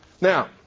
Now